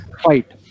fight